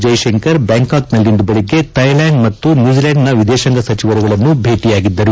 ಜೈಶಂಕರ್ ಬ್ಯಾಂಕಾಕ್ನಲ್ಲಿಂದು ಬೆಳಗ್ಗೆ ಥೈಲ್ಯಾಂಡ್ ಮತ್ತು ನ್ಯೂಜಿಲ್ಯಾಂಡ್ನ ವಿದೇಶಾಂಗ ಸಚಿವರುಗಳನ್ನು ಭೇಟಿಯಾಗಿದ್ದರು